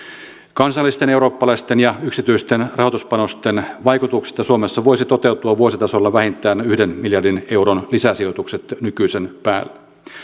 kansallisten eurooppalaisten ja yksityisten rahoituspanosten vaikutuksesta suomessa voisi toteutua vuositasolla vähintään yhden miljardin euron lisäsijoitukset nykyisten päälle